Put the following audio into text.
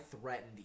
threatened